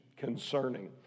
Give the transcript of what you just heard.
concerning